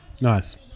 Nice